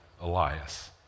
Elias